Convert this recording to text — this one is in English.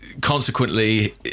consequently